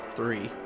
Three